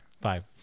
Five